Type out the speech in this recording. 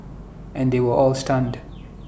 and they were all stunned